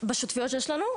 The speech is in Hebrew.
בשותפויות שיש לנו,